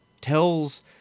tells